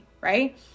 right